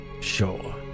Sure